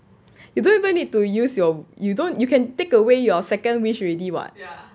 you don't even need to use your you don't you can take away your second wish already [what]